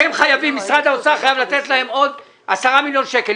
משרד האוצר חייב לתת להם 10 מיליון שקלים.